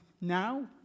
now